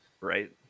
Right